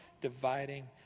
dividing